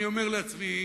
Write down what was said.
אני אומר לעצמי,